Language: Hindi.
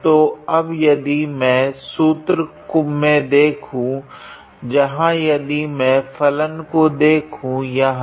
तो अब यदि में सूत्र में देखूं जहाँ यदि मैं फलन को देखूं यहाँ